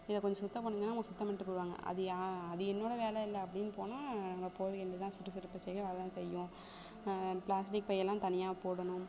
இதை கொஞ்சம் சுத்தம் பண்ணுங்கன்னா அவங்க சுத்தம் பண்ணிவிட்டு போயிவிடுவாங்க அது யா அது என்னோட வேலை இல்லை அப்படின்னு போனால் நம்ப போவிய வேண்டியதுதான் சுற்றுச்சூழுல் பிரச்சினைகள் வர தான் செய்யும் பிளாஸ்டிக் பையெல்லாம் தனியாக போடணும்